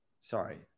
sorry